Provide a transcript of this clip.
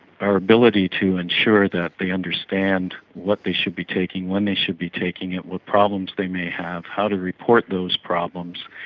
our ability to ensure that they understand what they should be taking, when they should be taking it, what problems they may have, how to report those problems.